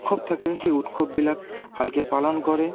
উৎসৱ থাকে সেই উৎসৱবিলাক ভালকে পালন কৰে